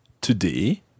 today